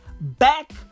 back